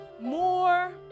more